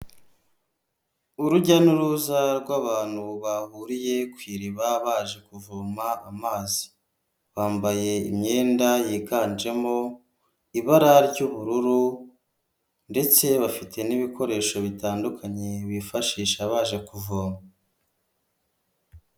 Urujya n'uruza rw'abantu bahuriye ku iriba baje kuvoma amazi bambaye imyenda yiganjemo ibara ry'ubururu ndetse bafite n'ibikoresho bitandukanye bifashisha baje kuvoma.